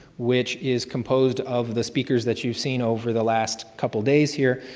which is composed of the speakers that you've seen over the last couple days here,